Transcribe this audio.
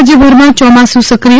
રાજયભરમાં ચોમાસુ સક્રિય